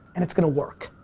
and it's gonna work,